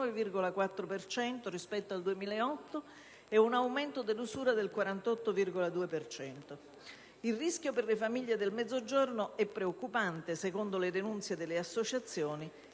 Il rischio per le famiglie del Mezzogiorno è preoccupante secondo le denunce delle associazioni.